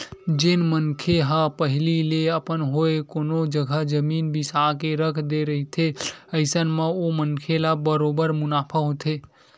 जेन मनखे मन ह पहिली ले अपन होके कोनो जघा जमीन बिसा के रख दे रहिथे अइसन म ओ मनखे ल बरोबर मुनाफा होथे